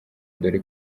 dore